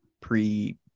pre